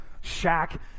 shack